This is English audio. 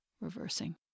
reversing